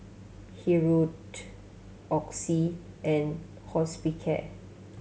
Hirudoid Oxy and Hospicare